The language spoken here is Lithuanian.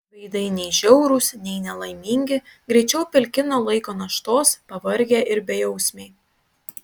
veidai nei žiaurūs nei nelaimingi greičiau pilki nuo laiko naštos pavargę ir bejausmiai